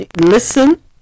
listen